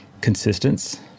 consistence